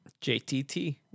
JTT